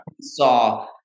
saw